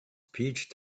peach